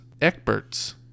Eckbert's